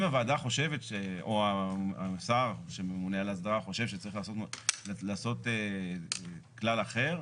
אם הוועדה חושבת או השר שממונה על ההסדרה חושב שצריך לעשות כלל אחר?